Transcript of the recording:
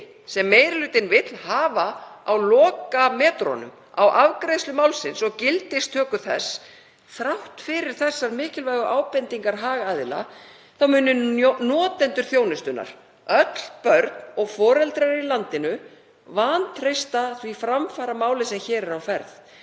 sem meiri hlutinn vill hafa á lokametrunum á afgreiðslu málsins og gildistöku þess, þrátt fyrir þessar mikilvægu ábendingar hagaðila, þá muni notendur þjónustunnar, öll börn og foreldrar í landinu, vantreysta því framfaramáli sem hér er á ferð